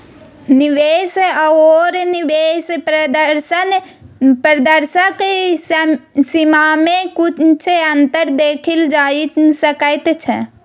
निवेश आओर निवेश प्रदर्शनक सीमामे किछु अन्तर देखल जा सकैत छै